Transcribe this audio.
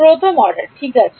প্রথম অর্ডার ঠিক আছে